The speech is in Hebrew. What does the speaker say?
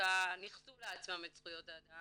הפוליטיקה ניכסו לעצמם את זכויות האדם,